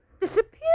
Disappeared